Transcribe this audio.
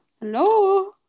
Hello